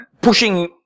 pushing